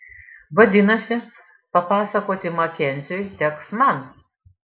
vadinasi papasakoti makenziui teks man